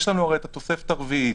הרי יש לנו את התוספת הרביעית,